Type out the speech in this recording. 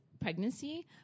pregnancy